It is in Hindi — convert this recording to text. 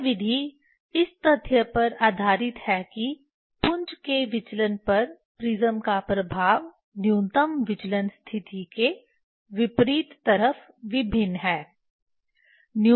यह विधि इस तथ्य पर आधारित है कि पुंज के विचलन पर प्रिज्म का प्रभाव न्यूनतम विचलन स्थिति के विपरीत तरफ विभिन्न है